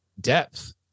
depth